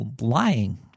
lying